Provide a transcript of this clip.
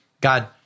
God